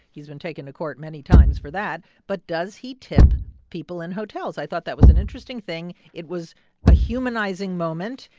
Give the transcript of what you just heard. he's been taken to court many times for that. but does he tip people in hotels? i thought that was an interesting thing. it was a humanizing moment.